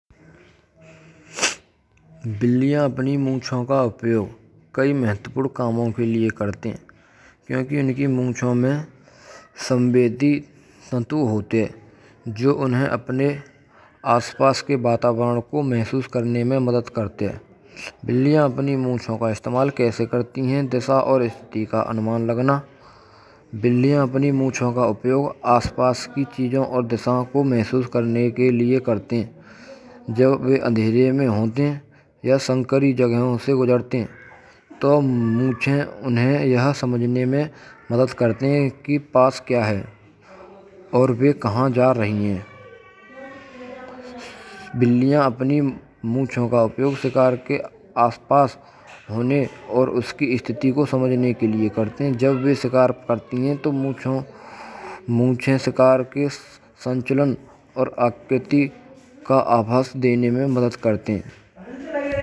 Hathauda ko munh ke udeshya kisee vaastu par baal lagaave ke lie hoto hay. Takee usee akar diya jae sake. Chataka lagaya ja sake ya phir nasht kiya ja sake. Yah ek saral lekin atyant upayogee upakaran hay. Jo nirmaan marmat aur any karya mein bahut kaam aato hai. Isake kachhoo mukh uddeshy nimnlikhit hai. Hathauda ko sabsai samany upyog nakhun aur lakdiyan samagri maiin thoknai kai liyai hoto hay. Yhah nirman karya maiin aamtaur par istaimal hoat hay. Dhatu ya anya samagriyon ko akaar dena. Hathauda dhaatu ya patthar jaisee saamagree ko akaar dene ke lie bhi upayukt kiyo Javan hay. Jaise kee kareegare ya nirmaan kaarya mein dhaatu ko modno, katno. Hathaude ka upaay kisee cheej ko todane ke lie bhee karo jaot hay. Jaise puraani deevaaron ko todano ya patthar kaachon.